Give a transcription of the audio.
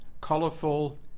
colorful